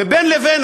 ובין לבין,